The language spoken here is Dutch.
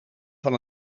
van